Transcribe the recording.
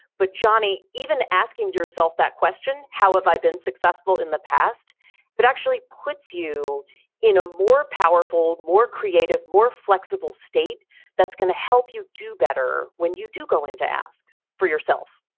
but johnny even asking yourself that question, how have i been successful in the past that but actually puts you in a more powerful, more creative, more flexible state that's going to help you do better when you do go into ask for yourself